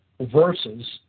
versus